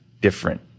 different